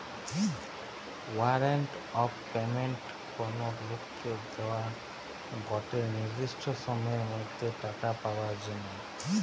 warrant of payment কোনো লোককে দোয়া গটে নির্দিষ্ট সময়ের মধ্যে টাকা পাবার জিনে